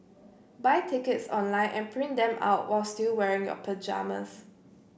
buy tickets online and print them out while still wearing your pyjamas